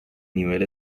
nivel